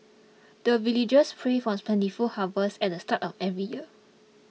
the villagers pray for plentiful harvest at the start of every year